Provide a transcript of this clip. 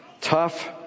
Tough